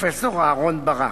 פרופסור אהרן ברק.